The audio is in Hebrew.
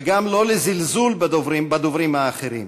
וגם לא לזלזול בדוברים האחרים,